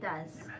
does.